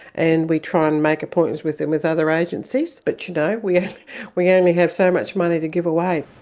and we try and make appointments with them with other agencies, but you know we yeah we yeah only have so much money to give away.